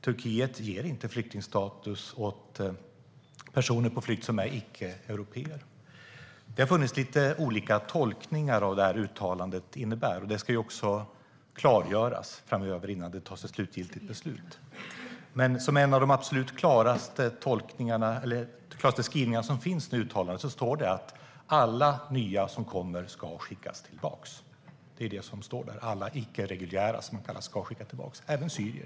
Turkiet ger inte flyktingstatus åt personer på flykt som är icke-européer. Det har funnits lite olika tolkningar av vad uttalandet innebär, och det ska också klargöras innan det tas ett slutligt beslut. Men en av de tydligaste skrivningar som finns i uttalandet innebär att alla nya som kommer ska skickas tillbaka. Det är det som står där: Alla icke-reguljära, som de kallas, ska skickas tillbaka till Turkiet.